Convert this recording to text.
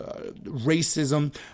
racism